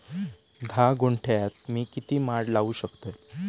धा गुंठयात मी किती माड लावू शकतय?